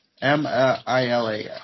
M-I-L-A